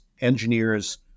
engineers